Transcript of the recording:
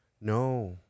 No